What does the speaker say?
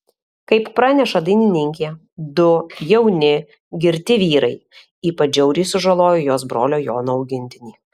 kaip praneša dainininkė du jauni girti vyrai ypač žiauriai sužalojo jos brolio jono augintinį